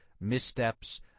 missteps